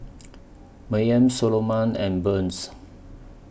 Mayme Soloman and Burns